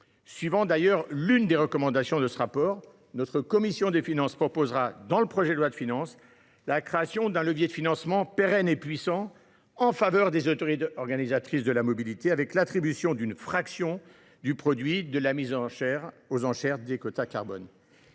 suivant l’une des recommandations du rapport, la commission des finances proposera, dans le cadre du projet de loi de finances, la création d’un levier de financement pérenne et puissant en faveur des autorités organisatrices de la mobilité (AOM), avec l’attribution d’une fraction du produit de la mise aux enchères de quotas carbone.